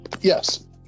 Yes